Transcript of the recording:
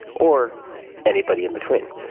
or anybody in between.